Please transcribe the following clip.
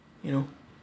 you know